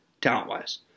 talent-wise